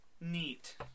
Neat